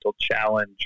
challenge